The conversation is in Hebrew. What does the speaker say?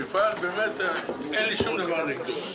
מפעל שאין לי שום דבר נגדו,